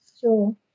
Sure